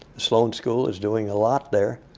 sloan school is doing a lot there.